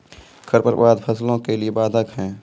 खडपतवार फसलों के लिए बाधक हैं?